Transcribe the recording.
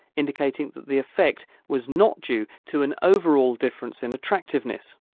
indicating that the effect was not due to an overall difference in attractiveness.